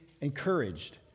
encouraged